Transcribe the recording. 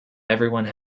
everyone